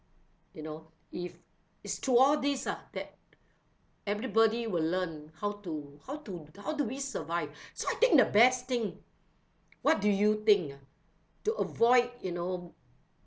you know if it's through all these ah that everybody will learn how to how to how do we survive so I think the best thing what do you think ah to avoid you know